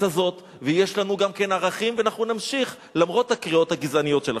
הזאת ויש לנו גם כן ערכים ואנחנו נמשיך למרות הקריאות הגזעניות שלכם.